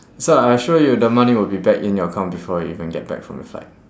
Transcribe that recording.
sir I assure you the money will be back in your account before you even get back from the flight